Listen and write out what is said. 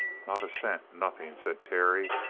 not a cent nothing, said terry,